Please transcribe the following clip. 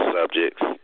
subjects